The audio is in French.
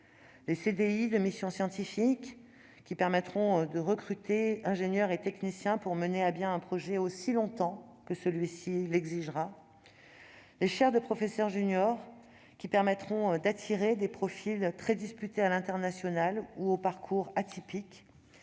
(CDI) de mission scientifique, qui permettront de recruter ingénieurs et techniciens pour mener à bien un projet aussi longtemps que celui-ci l'exigera. S'ajoutent à cela les chaires de professeurs juniors, qui permettront d'attirer des profils très disputés à l'international ou dont le parcours est